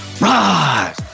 rise